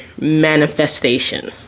manifestation